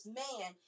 man